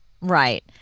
Right